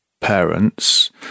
parents